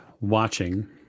watching